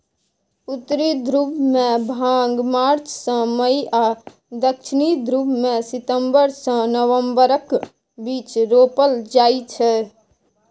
उत्तरी ध्रुबमे भांग मार्च सँ मई आ दक्षिणी ध्रुबमे सितंबर सँ नबंबरक बीच रोपल जाइ छै